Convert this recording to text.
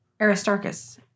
Aristarchus